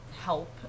help